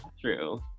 True